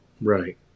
Right